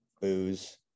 booze